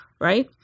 right